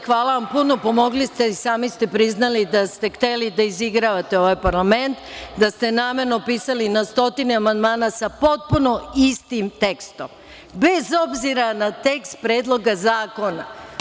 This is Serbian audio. Hvala vam puno, pomogli ste i sami ste priznali da ste hteli da izigravate ovaj parlament, da ste namerno pisali na stotine amandmana sa potpuno istim tekstom bez obzira na tekst Predloga zakona.